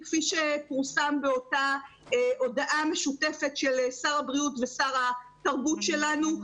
כפי שפורסם באותה הודעה משותפת של שר הבריאות ושר התרבות שלנו,